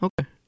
Okay